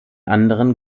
anderen